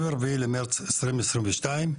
ב-24.3.2022,